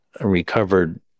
recovered